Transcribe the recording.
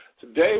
Today